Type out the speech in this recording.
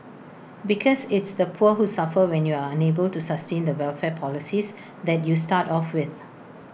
because it's the poor who suffer when you're unable to sustain the welfare policies that you start off with